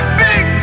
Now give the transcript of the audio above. big